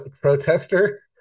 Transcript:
protester